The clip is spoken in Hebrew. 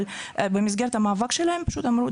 אבל במסגרת המאבק שלהם פשוט אמרו,